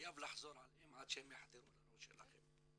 חייב לחזור עליהם עד שיחדרו לראש שלכם.